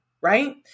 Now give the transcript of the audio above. right